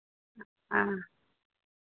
हँ